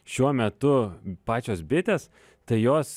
šiuo metu pačios bitės tai jos